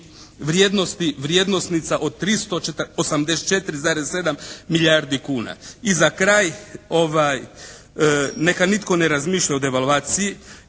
vrijednosti vrijednosnica od 384,7 milijardi kuna. I za kraj neka nitko ne razmišlja o devalvaciji